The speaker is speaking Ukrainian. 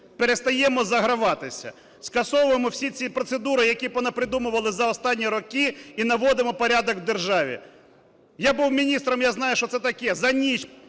перестаємо заграватися, скасовуємо всі ці процедури, які понапридумували за останні роки, і наводимо порядок в державі. Я був міністром, я знаю, що це таке: за ніч